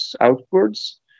outwards